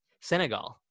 Senegal